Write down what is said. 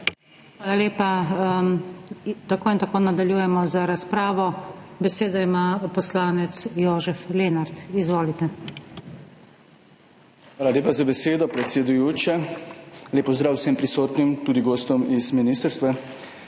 Hvala lepa. Tako ali tako nadaljujemo z razpravo. Besedo ima poslanec Jožef Lenart. Izvolite. JOŽEF LENART (PS SDS): Hvala lepa za besedo, predsedujoča. Lep pozdrav vsem prisotnim, tudi gostom z ministrstva!